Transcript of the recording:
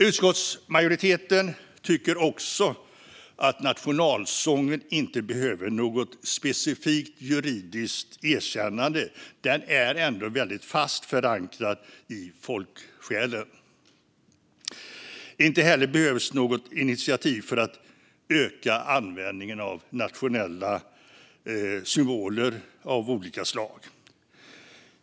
Utskottsmajoriteten tycker inte heller att nationalsången behöver något specifikt juridiskt erkännande; den är ändå fast förankrad i folksjälen. Det behövs inte heller något initiativ för att öka användningen av nationella symboler av olika slag.